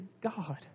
God